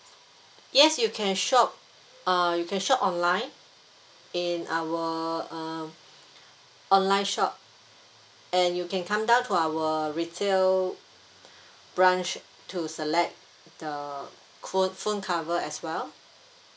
yes you can shop uh you can shop online in our uh online shop and you can come down to our retail branch to select the co~ phone cover as well